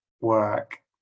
work